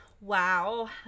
Wow